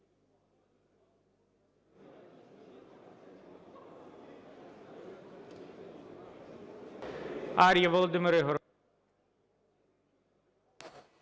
Дякую.